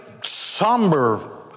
somber